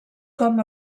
com